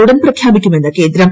ഉടൻ പ്രഖ്യാപിക്കുമെന്ന് കേന്ദ്രം